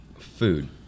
food